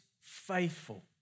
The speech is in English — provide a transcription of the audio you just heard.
faithful